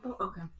okay